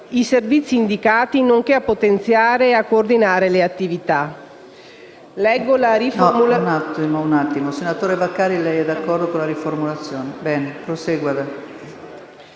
i servizi indicati, nonché a potenziare e coordinare le attività.